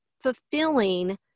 fulfilling